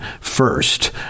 first